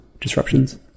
disruptions